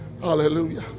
Hallelujah